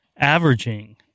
Averaging